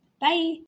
Bye